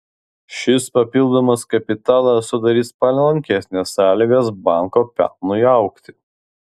šis papildomas kapitalas sudarys palankesnes sąlygas banko pelnui augti